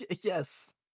yes